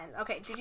Okay